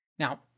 Now